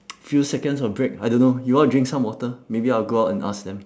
few seconds of break I don't know you want to drink some water maybe I will go out and ask them